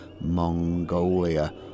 Mongolia